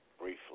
briefly